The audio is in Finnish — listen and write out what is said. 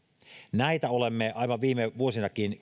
näitä olemme aivan viime vuosinakin